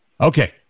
Okay